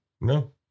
No